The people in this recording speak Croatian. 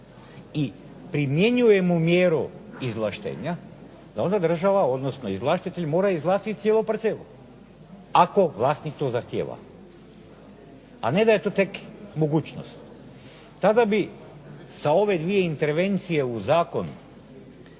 i primjenjuje mu mjeru izvlaštenja, da onda država, odnosno izvlaštitelj mora izvlastiti cijelu parcelu, ako vlasnik to zahtjeva, a ne da je to tek mogućnost. Tada bi sa ove dvije intervencije u zakonu